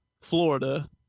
Florida